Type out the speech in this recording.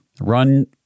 Run